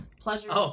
pleasure